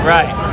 Right